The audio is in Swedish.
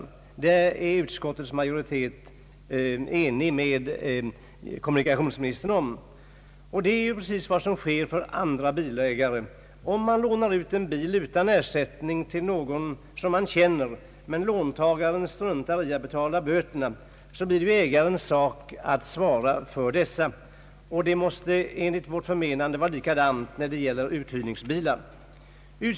Om detta är utskottets majoritet och kommunikationsministern eniga. Så sker för andra bilägare. Om man lånar ut en bil utan ersättning till någon som man känner, men låntagaren struntar i att betala böterna, blir det ägarens sak att svara för dessa. Man måste enligt vårt förmenande förfara på samma sätt när det gäller uthyrningsbilar.